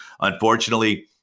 Unfortunately